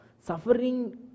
suffering